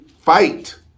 fight